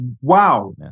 wow